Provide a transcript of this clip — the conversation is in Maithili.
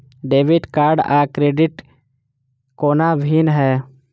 डेबिट कार्ड आ क्रेडिट कोना भिन्न है?